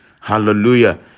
hallelujah